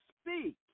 speak